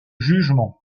jugement